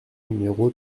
numéro